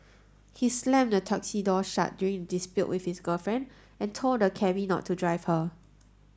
he slammed the taxi door shut during a dispute with his girlfriend and told the cabby not to drive her